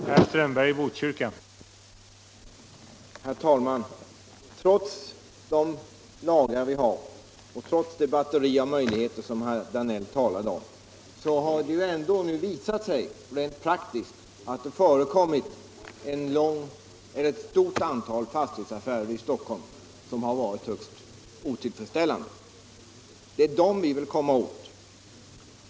Herr talman! Trots de lagar vi har och trots det batteri av möjligheter som herr Danell talade om har det ju visat sig rent praktiskt att det förekommit ett stort antal fastighetsaffärer i Stockholm som har varit högst otillfredsställande. Det är dem vi vill komma åt.